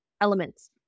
elements